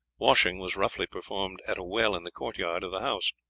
washing was roughly performed at a well in the court-yard of the house.